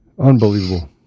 Unbelievable